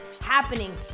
happening